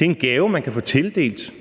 Det er en gave, man kan få tildelt,